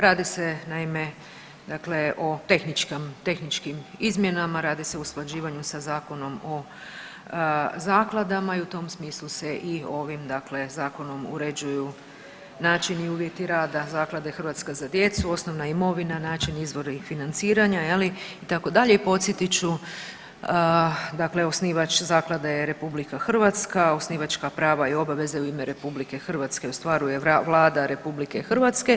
Radi se naime o tehničkim izmjenama, radi se o usklađivanju sa Zakonom o zakladama i u tom smislu se i ovim zakonom uređuju način i uvjeti rada Zaklade „Hrvatska za djecu“, osnovna imovina, način izvor financiranja je li itd. i podsjetit ću dakle osnivač zaklade je RH, osnivačka prava i obveze u ime RH ostvaruje Vlada RH.